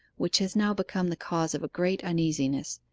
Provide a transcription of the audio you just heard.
which has now become the cause of a great uneasiness.